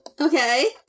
Okay